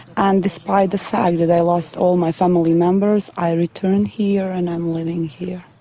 and despite the fact that i lost all my family members, i returned here and i'm living here.